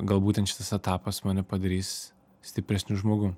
gal būtent šitas etapas mane padarys stipresniu žmogum